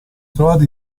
trovati